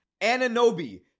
Ananobi